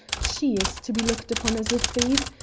she is to be looked upon as a thief,